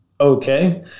Okay